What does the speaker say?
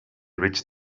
reached